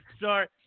sorry